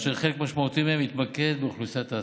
אשר חלק משמעותי מהם התמקד באוכלוסיית העסקים.